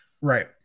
Right